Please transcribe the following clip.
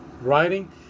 writing